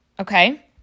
okay